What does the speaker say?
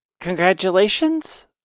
Congratulations